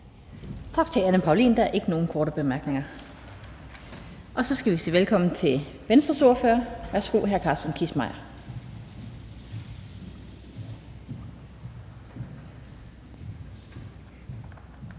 Tak til fru Anne Paulin. Der er ikke nogen korte bemærkninger. Og så skal vi sige velkommen til Venstres ordfører. Værsgo til hr. Carsten Kissmeyer.